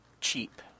cheap